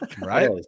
Right